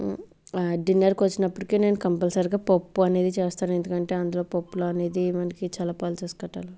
డిన్నర్కి వచ్చినప్పటికీ నేను కంపల్సరిగా పప్పు అనేది చేస్తాను ఎందుకంటే అందులో పప్పులు అనేది మనకి చాలా పల్సస్ కట్ట